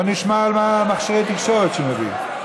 בואו נשמע על מכשירי תקשורת שהוא מביא.